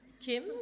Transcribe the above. Kim